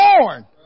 born